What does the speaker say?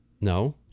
No